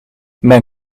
men